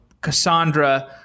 cassandra